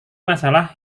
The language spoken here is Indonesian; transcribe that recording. masalah